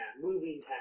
moving